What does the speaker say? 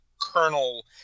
kernel